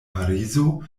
parizo